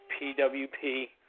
PWP